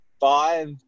five